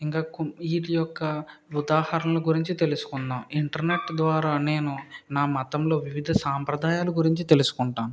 ఇంకా కొన్ వీటి యొక్క ఉదాహరణలు గురించి తెలుసుకుందాం ఇంటర్నెట్ ద్వారా నేను నా మతంలో వివిధ సాంప్రదాయాల గురించి తెలుసుకుంటాం